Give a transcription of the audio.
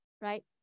right